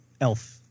Elf